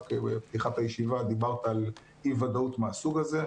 רק בפתיחת הישיבה דיברת על אי ודאות מהסוג הזה,